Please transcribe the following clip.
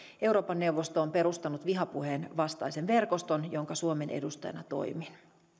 euroopan neuvosto on perustanut vihapuheen vastaisen verkoston jonka suomen edustajana toimin